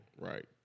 Right